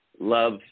love